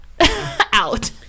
out